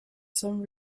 some